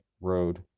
road